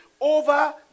over